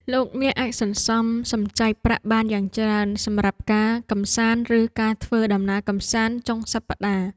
លោកអ្នកអាចសន្សំសំចៃប្រាក់បានយ៉ាងច្រើនសម្រាប់ការកម្សាន្តឬការធ្វើដំណើរកម្សាន្តចុងសប្ដាហ៍។